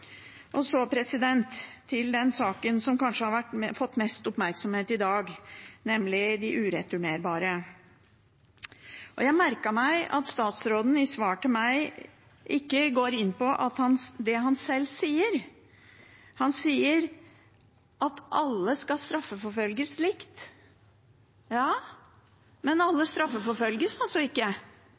Så til den saken som kanskje har fått mest oppmerksomhet i dag, nemlig de ureturnerbare. Jeg merket meg at statsråden i svar til meg ikke går inn på det han selv sier. Han sier at alle skal straffeforfølges likt. Ja, men alle straffeforfølges altså ikke.